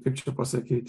kaip čia pasakyti